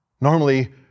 Normally